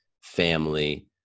family